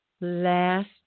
Last